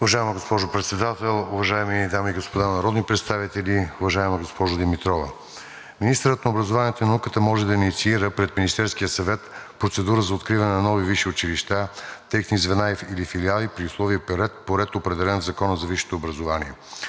Уважаема госпожо Председател, уважаеми дами и господа народни представители! Уважаема госпожо Димитрова, министърът на образованието и науката може да инициира пред Министерския съвет процедура за откриване на нови висши училища, техни звена и филиали при условия и по ред, определен в Закона за висшето образование.